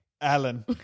Alan